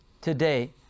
today